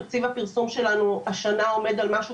השנה תקציב הפרסום שלנו עומד על משהו